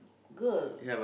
girl